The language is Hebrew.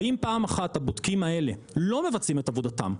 ואם פעם אחת הבודקים האלה לא מבצעים את עבודתם.